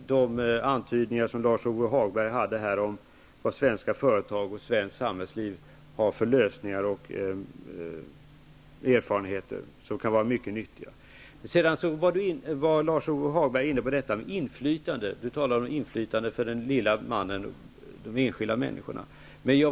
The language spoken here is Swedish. Lars-Ove Hagberg antydde vad svenska företag och svenskt samhällsliv har för lösningar och erfarenheter som kan vara mycket nyttiga. Lars-Ove Hagberg talade sedan om inflytandet för den lille mannen och de enskilda människorna.